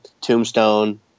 tombstone